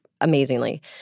amazingly